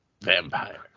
Vampire